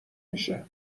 میشه